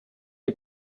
les